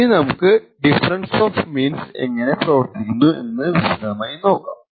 ഇനി നമുക്ക് ഈ ഡിഫറെൻസ് ഓഫ് മീൻസ് എങ്ങനെ പ്രവർത്തിക്കുന്നു എന്ന വിശദമായി നോക്കാം